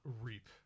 Reap